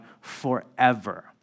forever